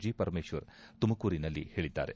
G Parameshwar ತುಮಕೂರಿನಲ್ಲಿಂದು ಹೇಳಿದ್ದಾರೆ